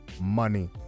money